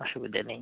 অসুবিধে নেই